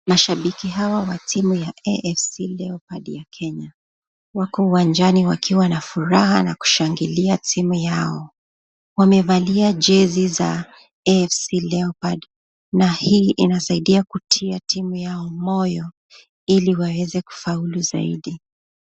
Mashabiki hawa wa timu ya AFC Leopard ya Kenya. Wako uwanjani wakiwa na furaha na kushangilia timu yao. Wamevaa jezi za AFC Leopard na hii inasaidia kutia timu yao moyo ili waweze kufaulu zaidi.